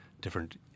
different